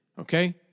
okay